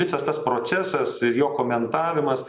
visas tas procesas ir jo komentavimas